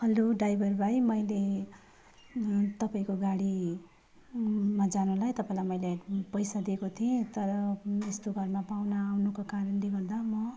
hello driver भाइ मैले तपाईँको गाडी मा जानुलाई तपाईँलाई मैले पैसा दिएको थिएँ तर यस्तो घरमा पाहुना आउनुको कारणले गर्दा म